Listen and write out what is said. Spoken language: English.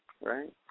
right